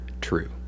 true